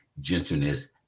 gentleness